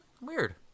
Weird